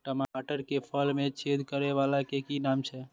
टमाटर के फल में छेद करै वाला के कि नाम छै?